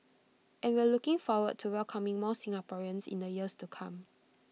and we're looking forward to welcoming more Singaporeans in the years to come